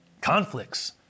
conflicts